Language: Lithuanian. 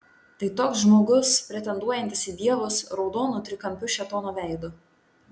tai toks žmogus pretenduojantis į dievus raudonu trikampiu šėtono veidu